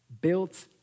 built